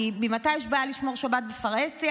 כי ממתי יש בעיה לשמור שבת בפרהסיה,